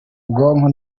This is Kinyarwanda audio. bwonko